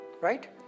Right